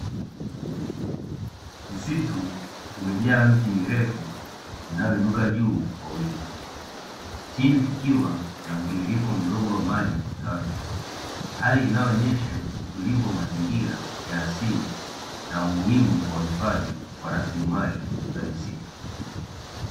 Msitu umejaa miti mirefu inayoinuka juu kwa wingi, chini kukiwa na mtiririko mdogo wa maji safi, hali inayoonyesha utulivu wa mazingira ya asili, na umuhimu wa uhifadhi wa rasilimali za misitu.